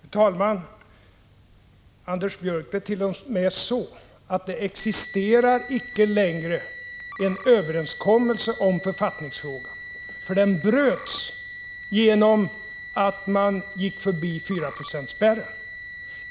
Fru talman! Det är t.o.m. så, Anders Björck, att det existerar icke längre en överenskommelse i författningsfrågan, för den bröts genom att man gick förbi fyraprocentsspärren.